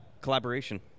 collaboration